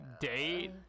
date